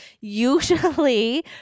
usually